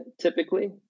typically